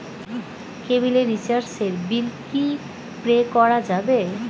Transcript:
কেবিলের রিচার্জের বিল কি পে করা যাবে?